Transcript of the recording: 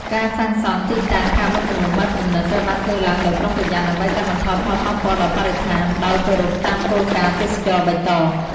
ការសាងសង់ទីតាំង ការបោះជំរំបែបប្រណីត ត្រូវបានធ្វើឡើងដោយប្រុងប្រយ័ត្ន ដើម្បីកាត់បន្ថយផលប៉ះពាល់ដល់បរិស្ថាន ដោយគោរពតាមគោលការណ៍ទេសចរណ៍បៃតង។